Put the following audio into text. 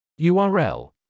URL